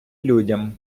людям